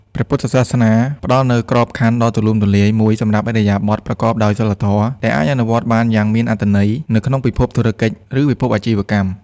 ព្រះពុទ្ធសាសនាផ្តល់នូវក្របខណ្ឌដ៏ទូលំទូលាយមួយសម្រាប់ឥរិយាបទប្រកបដោយសីលធម៌ ដែលអាចអនុវត្តបានយ៉ាងមានអត្ថន័យនៅក្នុងពិភពធុរកិច្ច ឬពិភពអាជីវកម្ម។